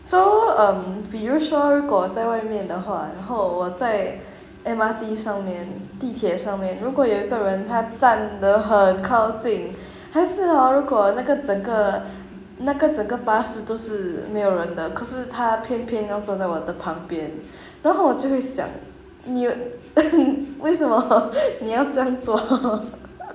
so erm 比如说如果我在外面的话然后我在 M_R_T 上面地铁上面如果一个人他站的很靠近还是 hor 如果那个整个那个整个巴士都是没有人的可是他偏偏要坐在我旁边然后我就会想你 为什么你要这样做